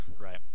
Right